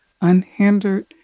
unhindered